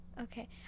okay